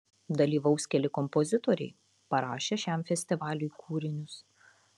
dalyvaus keli kompozitoriai parašę šiam festivaliui kūrinius